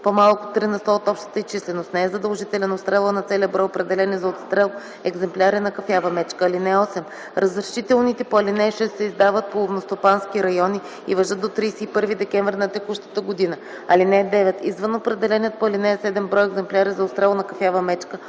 на сто от общата й численост. Не е задължителен отстрелът на целия брой определени за отстрел екземпляри на кафява мечка. (8) Разрешителните по ал. 6 се издават по ловностопански райони и важат до 31 декември на текущата година. (9) Извън определения по ал. 7 брой екземпляри за отстрел на кафява мечка,